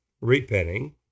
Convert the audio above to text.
repenting